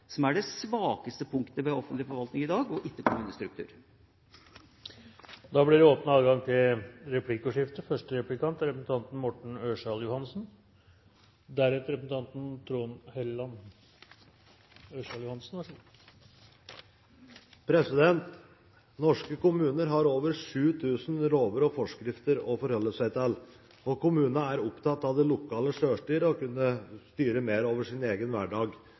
som er det svakeste punktet ved offentlig forvaltning i dag, og ikke kommunestrukturen. Det blir replikkordskifte. Norske kommuner har over 7 000 lover og forskrifter å forholde seg til, og kommunene er opptatt av det lokale selvstyret: å kunne styre mer over sin egen hverdag.